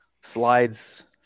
slides